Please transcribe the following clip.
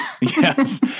Yes